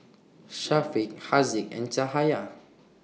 Syafiq Haziq and Cahaya